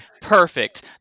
perfect